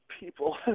people